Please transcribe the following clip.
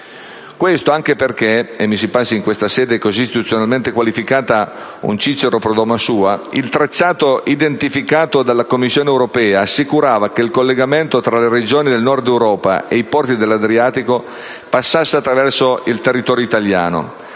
Questo anche perché - e mi si passi in questa sede così istituzionalmente qualificata un *Cicero pro domo sua* - il tracciato identificato dalla Commissione europea assicurava che il collegamento tra le regioni del Nord Europa e i porti dell'Adriatico passasse attraverso il territorio italiano,